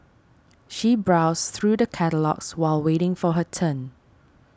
she browsed through the catalogues while waiting for her turn